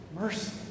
mercy